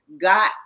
got